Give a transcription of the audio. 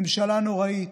ממשלה נוראית.